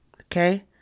Okay